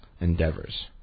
endeavors